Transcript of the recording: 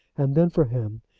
and then, for him,